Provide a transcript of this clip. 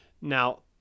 Now